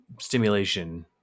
stimulation